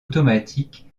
automatiques